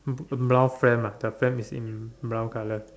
b~ brown frame ah the frame is in brown colour